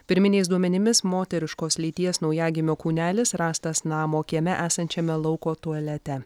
pirminiais duomenimis moteriškos lyties naujagimio kūnelis rastas namo kieme esančiame lauko tualete